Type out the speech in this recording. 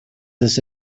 this